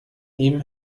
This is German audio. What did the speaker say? ihm